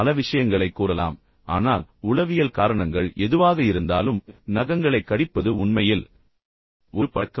பல விஷயங்களைக் கூறலாம் ஆனால் உளவியல் காரணங்கள் எதுவாக இருந்தாலும் நகங்களைக் கடிப்பது உண்மையில் ஒரு பழக்கம்